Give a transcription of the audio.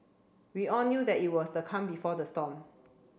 we all knew that it was the calm before the storm